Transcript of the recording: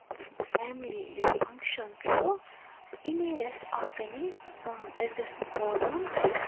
family یُس function چھُ تہٕ یہِ نیرِ اَسہِ آسٲنی سان اَسہِ گژھِ نہٕ پرابلِم